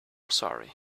sorry